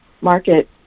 market